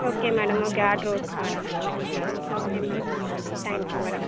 okay madam okay order okay madam okay madam thank you madam